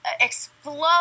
explode